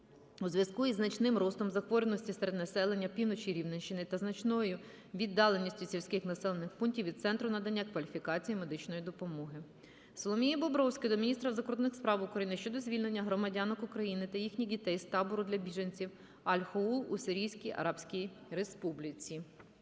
у зв'язку із значним ростом захворюваності серед населення півночі Рівненщини та значною віддаленістю сільських населених пунктів від центру надання кваліфікаційної медичної допомоги. Соломії Бобровської до міністра закордонних справ України щодо звільнення громадянок України та їхніх дітей з табору для біженців Аль-Хоул у Сирійській Арабській Республіці.